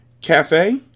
Cafe